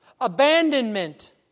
abandonment